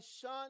son